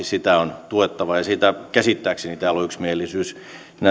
sitä on ehdottomasti tuettava ja siitä käsittääkseni täällä on yksimielisyys